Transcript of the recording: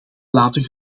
laten